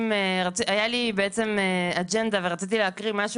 הייתה לי אג'נדה ורציתי להקריא משהו